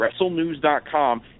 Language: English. WrestleNews.com